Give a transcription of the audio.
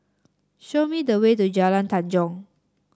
show me the way to Jalan Tanjong